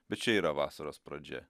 bet čia yra vasaros pradžia